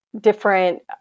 different